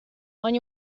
ogni